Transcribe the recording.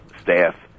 staff